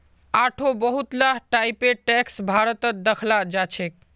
आढ़ो बहुत ला टाइपेर टैक्स भारतत दखाल जाछेक